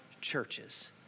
churches